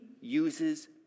uses